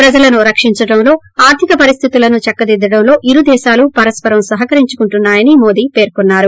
ప్రజలను రక్షించడంలో ఆర్గిక పరిస్గితులను చక్క దిద్గడంలో ఇరుదేశాలు పరస్పరం సహకరించుకుంటున్నాయని మోదీ పేర్కొన్నారు